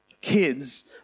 kids